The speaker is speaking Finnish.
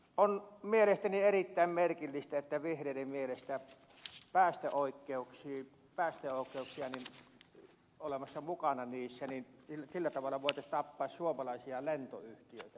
on mielestäni erittäin merkillistä että vihreiden mielestä se päästää oikeuksiin pähkäokeus leville olemalla mukana päästöoikeuksissa voitaisiin tappaa suomalaisia lentoyhtiöitä